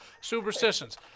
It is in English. Superstitions